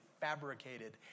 fabricated